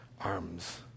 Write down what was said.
arms